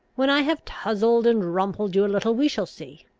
when i have touzled and rumpled you a little, we shall see.